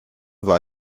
war